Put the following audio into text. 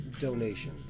donation